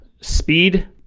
speed